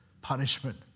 punishment